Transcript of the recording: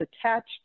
attached